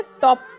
top